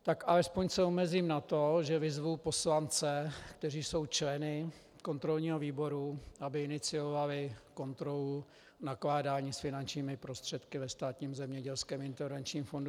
Tak alespoň se omezím na to, že vyzvu poslance, kteří jsou členy kontrolního výboru, aby iniciovali kontrolu nakládání s finančními prostředky ve Státním zemědělském intervenčním fondu.